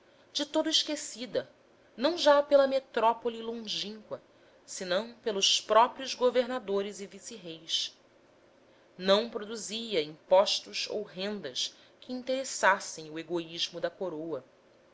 de todo esquecida não já pela metrópole longínqua senão pelos próprios governadores e vice reis não produzia impostos ou rendas que interessavam o egoísmo da coroa